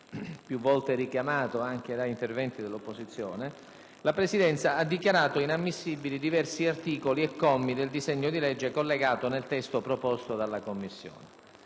più volte richiamato anche da interventi dell'opposizione, la Presidenza ha dichiarato inammissibili diversi articoli e commi del disegno di legge collegato nel testo proposto dalla Commissione.